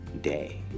day